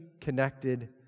connected